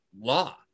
law